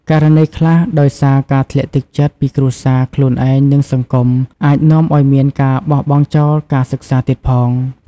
ករណីខ្លះ ដោយសារការធ្លាក់ទឹកចិត្តពីគ្រួសារ ខ្លួនឯង និងសង្គមអាចនាំឱ្យមានការបោះបង់ចោលការសិក្សាទៀតផង។